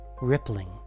rippling